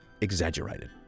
exaggerated